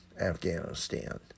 Afghanistan